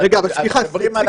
אבל הדברים האלה